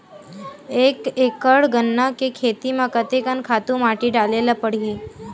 एक एकड़ गन्ना के खेती म कते कन खातु माटी डाले ल पड़ही?